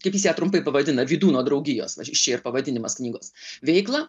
kaip jis ją trumpai pavadina vydūno draugijos iš čia ir pavadinimas knygos veiklą